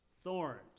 thorns